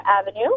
Avenue